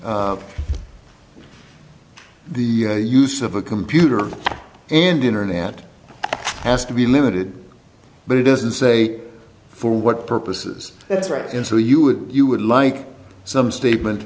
the use of a computer and internet has to be limited but it doesn't say for what purposes that's right and so you would you would like some statement